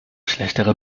schlechtere